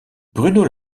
bruno